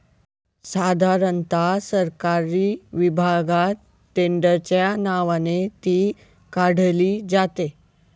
साधारणता सरकारी विभागात टेंडरच्या नावाने ती काढली जाते